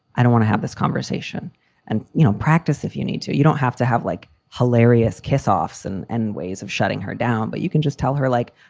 i don't want to have this conversation and you know practice if you need to. you don't have to have, like, hilarious kiss offs and and ways of shutting her down. but you can just tell her, like,